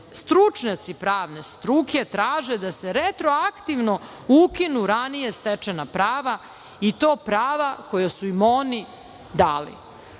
stručnjaci pravne struke traže da se retroaktivno ukinu ranije stečena prava i to prava koja su im oni